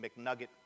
McNugget